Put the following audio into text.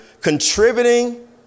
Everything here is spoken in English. contributing